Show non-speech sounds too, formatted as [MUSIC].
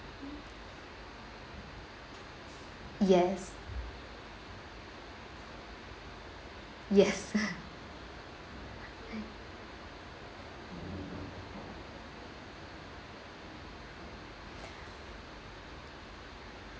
yes yes [LAUGHS] [BREATH]